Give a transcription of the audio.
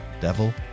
Devil